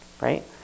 right